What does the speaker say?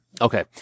Okay